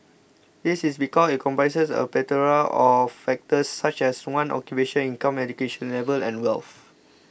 this is because it comprises a plethora of factors such as one's occupation income education level and wealth